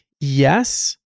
yes